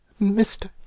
Mr